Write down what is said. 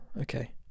Okay